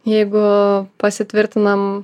jeigu pasitvirtinam